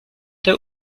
der